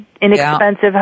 inexpensive